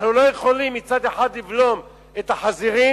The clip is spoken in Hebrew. אנחנו לא יכולים מצד אחד לבלום את החזירים,